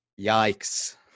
Yikes